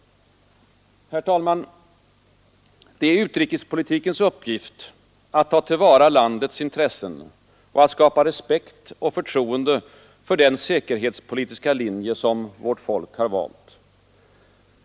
Herr talman! Det är utrikespolitikens uppgift att ta till vara landets intressen och att skapa respekt och förtroende för den säkerhetspolitiska linje som vårt folk valt.